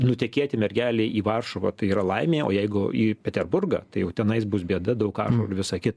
nutekėti mergelei į varšuvą tai yra laimė o jeigu į peterburgą tai jau tenais bus bėda daug ašarų ir visa kita